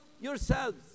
yourselves